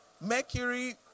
Mercury